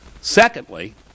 Secondly